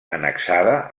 annexada